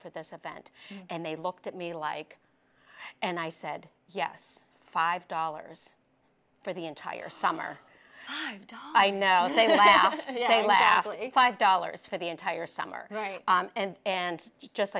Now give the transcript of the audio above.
for this event and they looked at me like and i said yes five dollars for the entire summer i know they lasted a laugh five dollars for the entire summer right and and just